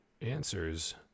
answers